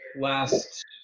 last